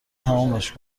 تمومش